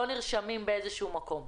לא נרשמים באיזשהו מקום.